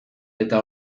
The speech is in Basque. eta